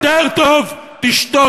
יותר טוב תשתוק.